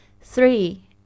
Three